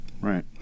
Right